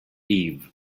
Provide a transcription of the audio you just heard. eve